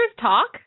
talk